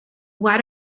why